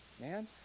man